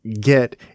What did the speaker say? get